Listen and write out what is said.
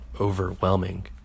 overwhelming